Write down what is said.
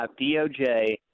DOJ